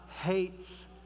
hates